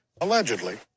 Allegedly